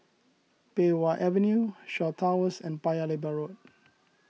Pei Wah Avenue Shaw Towers and Paya Lebar Road